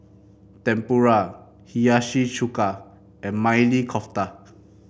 Tempura Hiyashi Chuka and Maili Kofta